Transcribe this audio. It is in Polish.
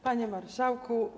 Panie Marszałku!